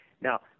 Now